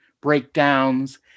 breakdowns